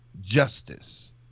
justice